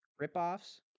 ripoffs